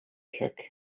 kick